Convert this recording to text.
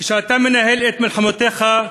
כשאתה מנהל את מלחמותיך,